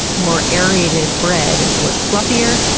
more aerated bread was fluffier,